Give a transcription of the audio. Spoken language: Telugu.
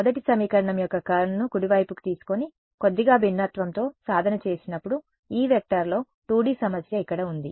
మొదటి సమీకరణం యొక్క కర్ల్ను కుడివైపుకి తీసుకొని కొద్దిగా భిన్నత్వంతో సాధన చేసినప్పుడు E లో 2D సమస్య ఇక్కడ ఉంది